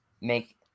make